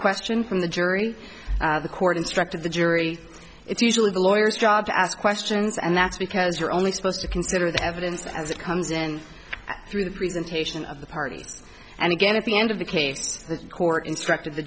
question from the jury the court instructed the jury it's usually the lawyers job to ask questions and that's because you're only supposed to consider the evidence as it comes in through the presentation of the parties and again at the end of the case the court instructed the